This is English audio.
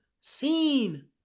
Seen